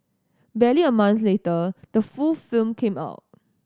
barely a month later the full film came out